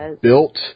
built